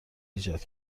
ایجاد